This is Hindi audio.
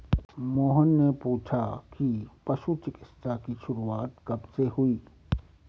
मोहन ने पूछा कि पशु चिकित्सा की शुरूआत कब से हुई?